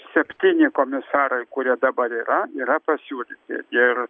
septyni komisarai kurie dabar yra yra pasiūlyti ir